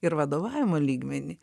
ir vadovavimo lygmenį